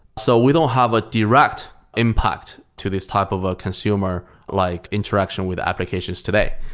so we don't have a direct impact to these type of a consumer like interaction with applications today.